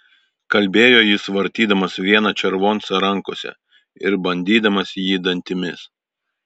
kalbėjo jis vartydamas vieną červoncą rankose ir bandydamas jį dantimis